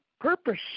purpose